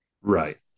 Right